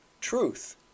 Truth